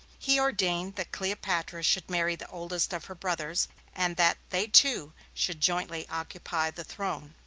he ordained that cleopatra should marry the oldest of her brothers, and that they two should jointly occupy the throne.